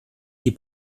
die